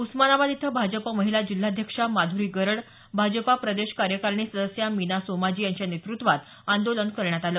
उस्मानाबाद इथं भाजप महिला जिल्हाध्यक्षा माध्री गरड भाजपा प्रदेश कार्यकारीणी सदस्या मिना सोमाजी यांच्या नेतृत्वात आंदोलन करण्यात आलं